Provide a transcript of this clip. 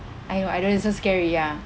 I know I know it's so scary ya